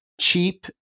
cheap